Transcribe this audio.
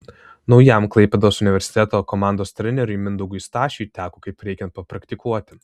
naujam klaipėdos universiteto komandos treneriui mindaugui stašiui teko kaip reikiant paprakaituoti